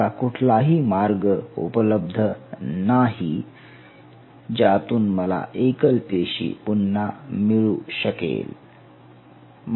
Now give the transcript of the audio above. असा कुठलाही मार्ग उपलब्ध नाही ज्यातून मला एकल पेशी पुन्हा मिळू शकेल